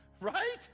Right